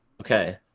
Okay